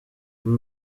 kuri